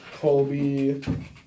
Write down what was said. Colby